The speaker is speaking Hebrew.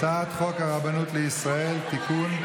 הצעת חוק הרבנות לישראל (תיקון,